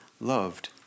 loved